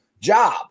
job